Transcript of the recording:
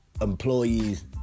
employees